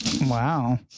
Wow